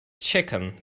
chicken